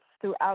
throughout